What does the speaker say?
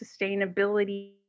sustainability